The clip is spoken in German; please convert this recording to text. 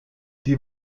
die